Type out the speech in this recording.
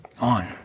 on